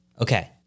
okay